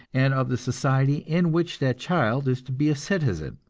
and of the society in which that child is to be a citizen.